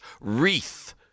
wreath